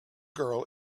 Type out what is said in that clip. girl